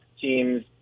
teams